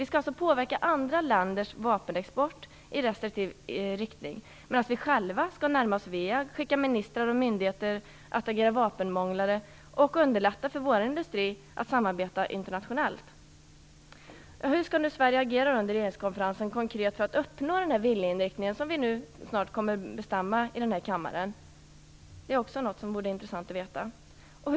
Vi skall alltså påverka andra länders vapenexport i restriktiv riktning medan vi själva skall närma oss WEAG, skicka ministrar och myndigheter att agera vapenmånglare och underlätta för internationellt samarbete för vapenindustrin. Hur skall nu Sverige agera under regeringskonferensen konkret för att uppnå denna viljeinriktning som vi snart kommer att slå fast i kammaren? Det vore också intressant att få veta.